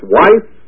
wife